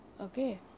Okay